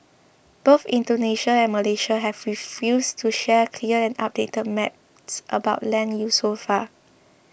both Indonesia and Malaysia have refused to share clear and updated maps about land use so far